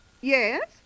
Yes